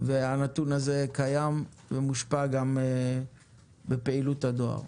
כשהנתון הזה מושפע גם מפעילות הדואר.